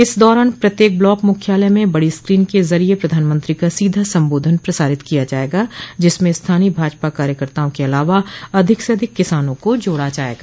इस दौरान प्रत्येक ब्लाक मुख्यालय में बड़ी स्क्रीन के जरिये प्रधानमंत्री का सीधा संबोधन प्रसारित किया जायेगा जिसमें स्थानीय भाजपा कार्यकर्ताओं के अलावा अधिक से अधिक किसानों को जोड़ा जायेगा